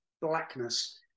blackness